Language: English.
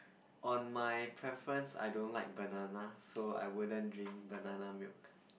on my preference I don't like banana so I wouldn't drink banana milk